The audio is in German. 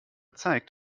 zeigt